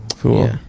cool